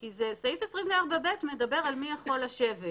סעיף 24(ב) מדבר על מי יכול לשבת.